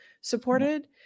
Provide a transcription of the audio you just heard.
supported